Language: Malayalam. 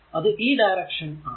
അത് ഈ ഡയറക്ഷൻ ആണ്